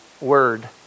word